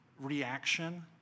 reaction